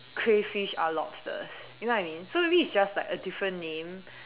crayfish are lobsters you know what I mean so maybe it's just like a different name